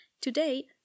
Today